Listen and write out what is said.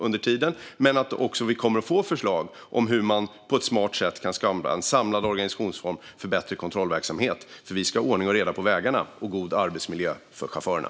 Jag ser också fram emot att vi kommer att få förslag på hur man på ett smart sätt kan skapa en samlad organisationsform för bättre kontrollverksamhet. Vi ska ha ordning och reda på vägarna och god arbetsmiljö för chaufförerna.